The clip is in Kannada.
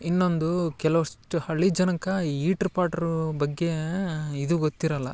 ಇನ್ನೊಂದು ಕೆಲ್ವಷ್ಟು ಹಳ್ಳಿ ಜನಕ್ಕೆ ಈ ಈಟ್ರ್ ಪಾಟ್ರೂ ಬಗ್ಗೆ ಇದು ಗೊತ್ತಿರಲ್ಲ